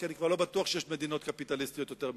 כי אני כבר לא בטוח שיש מדינות קפיטליסטיות יותר מאתנו.